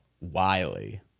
Wiley